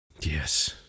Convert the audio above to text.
Yes